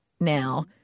Now